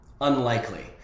Unlikely